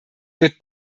wird